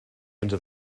into